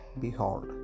Behold